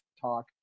Talk